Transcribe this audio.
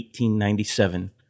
1897